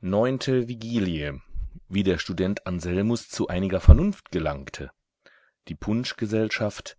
neunte vigilie wie der student anselmus zu einiger vernunft gelangte die punschgesellschaft